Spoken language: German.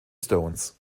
stones